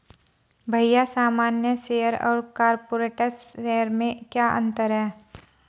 भैया सामान्य शेयर और कॉरपोरेट्स शेयर में क्या अंतर है?